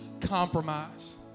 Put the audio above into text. compromise